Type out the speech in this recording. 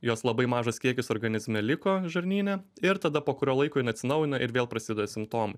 jos labai mažas kiekis organizme liko žarnyne ir tada po kurio laiko jinai atsinaujina ir vėl prasideda simptomai